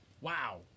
Wow